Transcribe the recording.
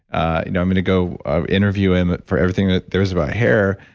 ah you know i'm going to go ah interview him for everything that there is about hair.